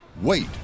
Wait